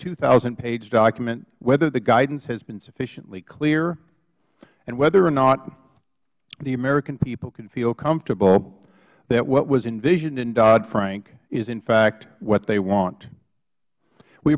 a page document whether the guidance has been sufficiently clear and whether or not the american people can feel comfortable that what was envisioned in doddfrank is in fact what they want we